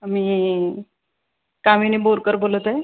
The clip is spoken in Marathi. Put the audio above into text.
मी कामिनी बोरकर बोलत आहे